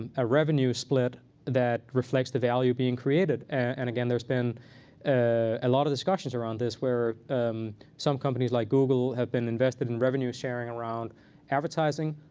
and ah revenue split that reflects the value being created? and again, there's been a lot of discussions around this where some companies, like google, have been invested in sharing around advertising.